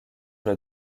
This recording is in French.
sous